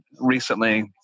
recently